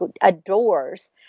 adores